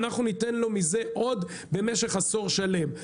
אנחנו ניתן לו מזה עוד במשך עשור שלם.